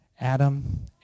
Adam